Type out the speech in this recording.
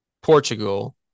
Portugal